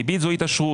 ריבית זו התעשרות.